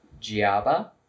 Giaba